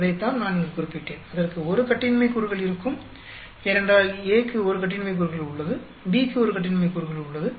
அதைத்தான் நான் இங்கு குறிப்பிட்டேன் அதற்கு 1 கட்டின்மை கூறுகள் இருக்கும் ஏனென்றால் A க்கு 1 கட்டின்மை கூறுகள் உள்ளது B க்கு 1 கட்டின்மை கூறுகள் உள்ளது